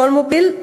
"כלמוביל",